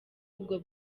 ubwo